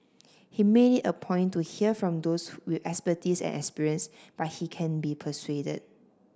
he made it a point to hear from those with expertise and experience but he can be persuaded